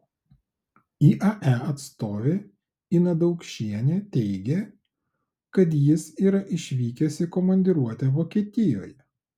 iae atstovė ina daukšienė teigė kad jis yra išvykęs į komandiruotę vokietijoje